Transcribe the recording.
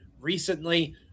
recently